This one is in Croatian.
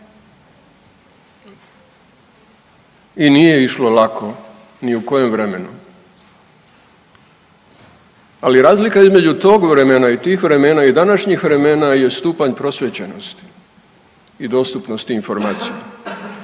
i nije išlo lako ni u kojem vremenu, ali razlika između tog vremena i tih vremena i današnjih vremena je stupanj prosvjećenosti i dostupnosti informacija,